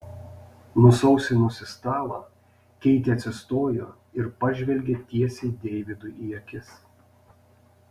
nusausinusi stalą keitė atsistojo ir pažvelgė tiesiai deividui į akis